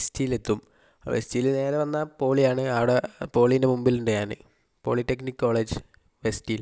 S steel എത്തും S steel നേരെ വന്ന പോളി ആണ് അവിടെ പോളീൻ്റെ മുമ്പിലുണ്ട് ഞാൻ പോളിടെക്നിക് കോളേജ് എസ് സ്റ്റീൽ